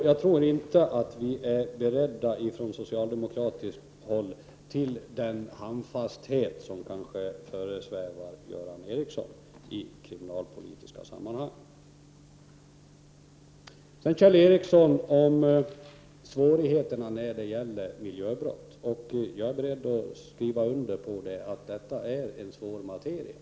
Jag tror inte att vi från socialdemokratiskt håll är beredda till den handfasthet som kanske föresvävar Göran Ericsson i kriminalpolitiska sammanhang. När det gäller svårigheterna omkring miljöbrott, Kjell Ericsson, är jag beredd att skriva under på att detta är svårt att hantera.